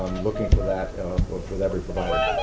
looking for that with every provider.